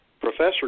professor